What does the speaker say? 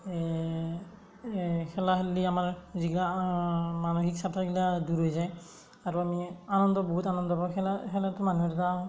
খেলা খেলেলি আমাৰ যিগিলা আমাৰ মানসিক সেইগিলা দূৰ হৈ যায় আৰু আমি আনন্দ বহুত আনন্দ পাওঁ খেলা খেলাটো মানুহৰ এটা